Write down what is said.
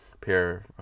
pair